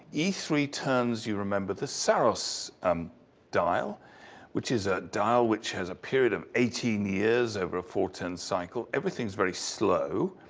e three turns, you remember the saros um dial which is a dial which has a period of eighteen years over a four turn cycle. everything is very slow.